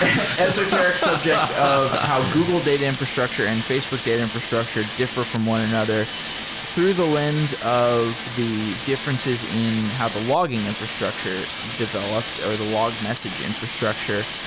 esoteric subject yeah of how google data infrastructure and facebook data infrastructure differ from one another through the lens of the differences in how the logging infrastructure developed or the log message infrastructure.